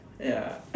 ya